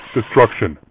Destruction